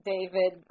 David